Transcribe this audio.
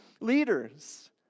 leaders